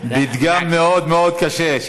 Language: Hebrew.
פתגם מאוד מאוד קשה.